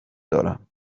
دارم